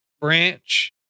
branch